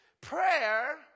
Prayer